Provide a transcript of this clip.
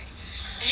anyways